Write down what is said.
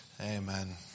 Amen